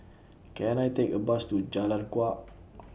Can I Take A Bus to Jalan Kuak